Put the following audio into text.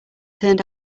turned